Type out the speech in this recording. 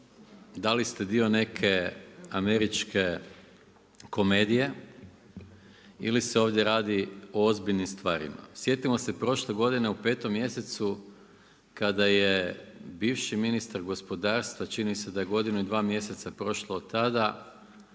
da li ste dio neke američke komedije ili se ovdje radi o ozbiljnim stvarima. Sjetimo se prošle godine u 5 mjesecu kada je bivši ministar gospodarstva, čini mi se da je godinu i 2 mjeseca prošlo od tada,